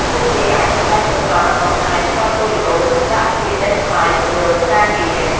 ពួកគេអាចបង្កើត Profile បង្ហាញ Portfolio និងដាក់ពាក្យដេញថ្លៃគម្រោងការងារ។